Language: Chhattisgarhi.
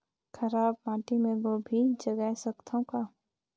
खराब माटी मे गोभी जगाय सकथव का?